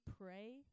pray